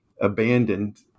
Abandoned